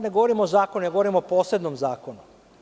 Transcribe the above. Ne govorim o zakonu, govorim o posebnom zakonu.